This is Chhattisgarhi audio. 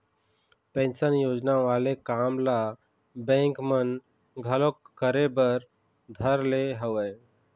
पेंशन योजना वाले काम ल बेंक मन घलोक करे बर धर ले हवय